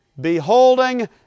beholding